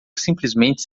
simplesmente